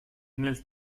nel